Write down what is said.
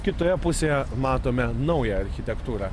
kitoje pusėje matome naują architektūrą